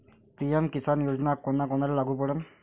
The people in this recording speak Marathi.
पी.एम किसान योजना कोना कोनाले लागू पडन?